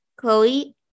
chloe